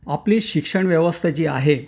आपली शिक्षणव्यवस्था जी आहे